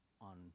on